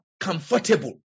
comfortable